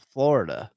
Florida